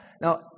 Now